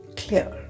clear